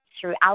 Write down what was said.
Throughout